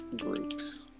groups